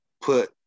put